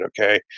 okay